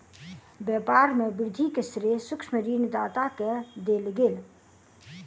व्यापार में वृद्धि के श्रेय सूक्ष्म ऋण दाता के देल गेल